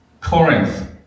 Corinth